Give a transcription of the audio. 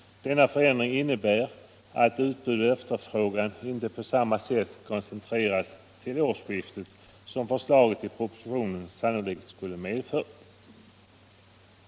Denna förändring innebär att utbud och efterfrågan inte koncentreras till tiden kring årsskiftet, vilket förslaget i propositionen sannolikt skulle ha medfört.